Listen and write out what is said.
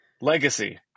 Legacy